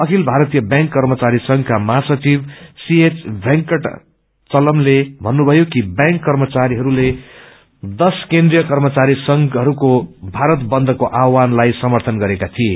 अखिल भारतीय ब्यांक कर्मचारी संघका महासचिव सीएच वेकटाचलमले भन्नुभयो कि ब्यांक कर्मचारीहरूले दश केन्द्रीय कर्मचारी संघहरूको भारत बन्दको आह्वानलाई समर्थन गरेका थिए